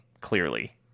clearly